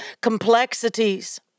complexities